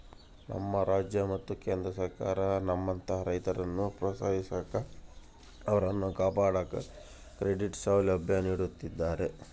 ನಮ್ಮ ರಾಜ್ಯ ಮತ್ತು ಕೇಂದ್ರ ಸರ್ಕಾರ ನಮ್ಮಂತಹ ರೈತರನ್ನು ಪ್ರೋತ್ಸಾಹಿಸಾಕ ಅವರನ್ನು ಕಾಪಾಡಾಕ ಕ್ರೆಡಿಟ್ ಸೌಲಭ್ಯ ನೀಡುತ್ತಿದ್ದಾರೆ